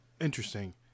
Interesting